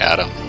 Adam